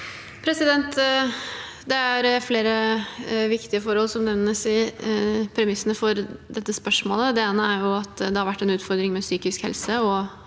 Det er flere viktige forhold som nevnes i premissene for dette spørsmålet. Det ene er at det har vært en utfordring med psykisk helse